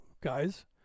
guys